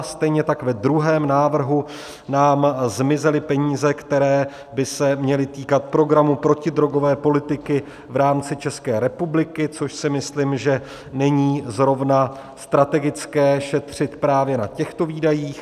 Stejně tak ve druhém návrhu nám zmizely peníze, které by se měly týkat programu protidrogové politiky v rámci České republiky, což si myslím, že není zrovna strategické šetřit právě na těchto výdajích.